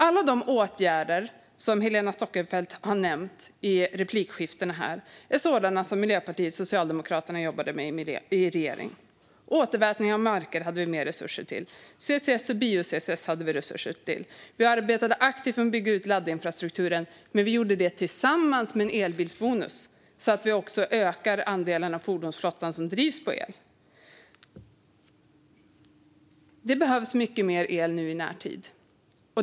Alla de åtgärder som Helena Storckenfeldt har nämnt här i replikskiftet är sådana som Miljöpartiet och Socialdemokraterna jobbade med i regering. Återvätning av marker hade vi resurser till, liksom till CCS och bio-CCS. Vi arbetade aktivt med att bygga ut laddinfrastrukturen, men vi gjorde det tillsammans med en elbilsbonus så att vi också ökade den andel av fordonsflottan som drivs med el. Det behövs mycket mer el nu i närtid.